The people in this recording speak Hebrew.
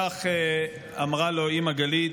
כך אמרה לו אימא גלית: